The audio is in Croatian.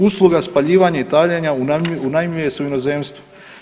Usluga spaljivanja i taljenja unajmljuje se u inozemstvu.